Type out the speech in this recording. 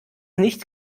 nicht